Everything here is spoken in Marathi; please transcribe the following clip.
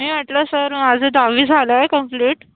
मी म्हटलं सर माझं दहावी झालं आहे कंप्लीट